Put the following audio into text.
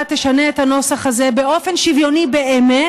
תשנה את הנוסח הזה באופן שוויוני באמת.